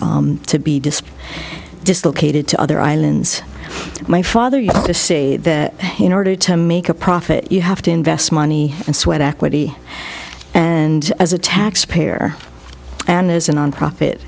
to be despite dislocated to other islands my father used to see that in order to make a profit you have to invest money and sweat equity and as a taxpayer and as a nonprofit